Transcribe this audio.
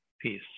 peace